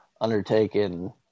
undertaken